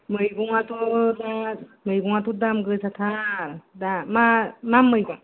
मैगङाथ' दा मैगङाथ' दाम गोसा थार दा मा मा मैगं